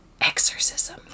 exorcism